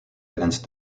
against